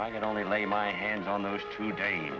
i can only lay my hands on those two day